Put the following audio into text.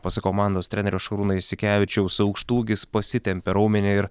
pasak komandos trenerio šarūno jasikevičiaus aukštaūgis pasitempė raumenį ir